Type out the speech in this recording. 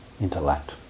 intellect